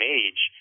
age